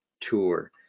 Tour